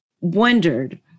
wondered